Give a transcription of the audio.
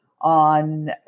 on